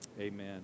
Amen